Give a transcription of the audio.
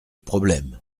problème